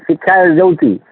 ଶିକ୍ଷା ଦେଉଛି